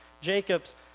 Jacob's